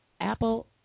Apple